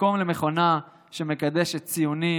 במקום למכונה שמקדשת ציונים,